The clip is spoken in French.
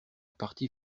partie